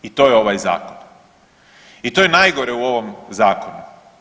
I to je ovaj zakon i to je najgore u ovom zakonu.